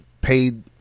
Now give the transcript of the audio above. paid